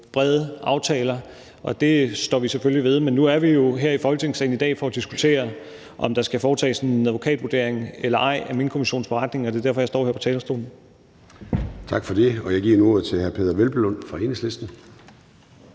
brede aftaler, og det står vi selvfølgelig ved. Men nu er vi jo her i Folketingssalen i dag for at diskutere, om der skal foretages en advokatvurdering eller ej af Minkkommissionens beretning – og det er derfor, jeg står her på talerstolen. Kl. 13:37 Formanden (Søren Gade): Tak for det. Jeg giver nu ordet til hr. Peder Hvelplund fra Enhedslisten.